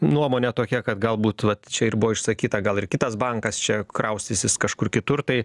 nuomonė tokia kad galbūt vat čia ir buvo išsakyta gal ir kitas bankas čia kraustysis kažkur kitur tai